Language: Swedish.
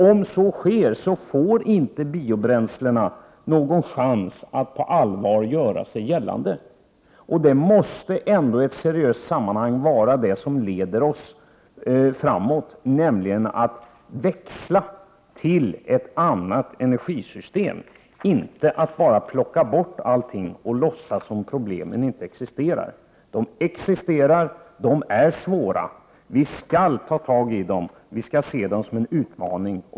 Om så sker får inte biobränslena någon chans att på allvar göra sig gällande. I ett seriöst sammanhang måste att växla till ett annat energisystem vara det som leder oss framåt, inte bara att plocka bort allting och låtsas som om problemen inte existerar. Problemen existerar, och de är svåra. Vi skall ta tag i dem, och vi skall se dem som en utmaning.